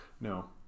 No